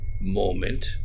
moment